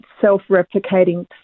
self-replicating